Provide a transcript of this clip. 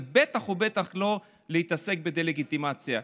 ובטח ובטח לא להתעסק בדה-לגיטימציה.